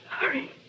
sorry